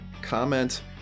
comment